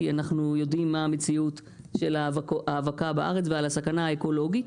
כי אנחנו יודעים מה המציאות של ההאבקה בארץ ועל הסכנה האקולוגית.